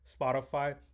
Spotify